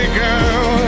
girl